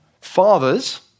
Fathers